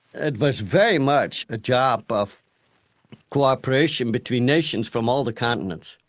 it was very much a job of co-operation between nations from all the continents.